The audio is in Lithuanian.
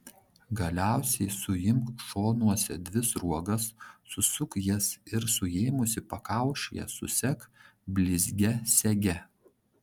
galiausiai suimk šonuose dvi sruogas susuk jas ir suėmusi pakaušyje susek blizgia sege